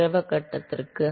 திரவ கட்டத்திற்கு